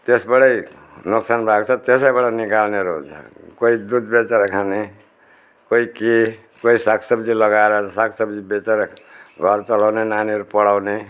त्यसबाटै नोक्सान भएको छ त्यसैबाट निकाल्नेहरू हुन्छ कोही दुध बेचेर खाने कोही के कोही साग सब्जी लगाएर सागसब्जी बेचेर घर चलाउने नानीहरू पढाउने